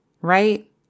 right